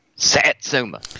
Satsuma